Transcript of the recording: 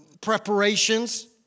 preparations